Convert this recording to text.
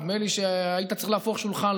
נדמה לי שהיית צריך להפוך שולחן,